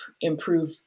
improve